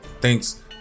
Thanks